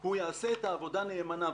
הוא יעשה את העבודה נאמנה.